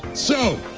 so,